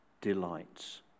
delights